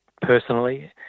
personally